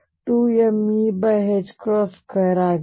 2mE2 ಆಗಿದೆ